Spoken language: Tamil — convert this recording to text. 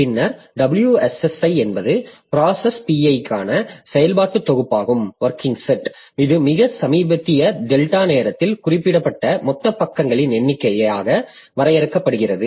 பின்னர் WSSi என்பது ப்ராசஸ் Pi க்கான செயல்பாட்டுத் தொகுப்பாகும் இது மிக சமீபத்திய டெல்டா நேரத்தில் குறிப்பிடப்பட்ட மொத்த பக்கங்களின் எண்ணிக்கையாக வரையறுக்கப்படுகிறது